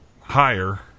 higher